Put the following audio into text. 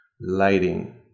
lighting